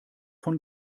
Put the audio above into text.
von